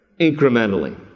incrementally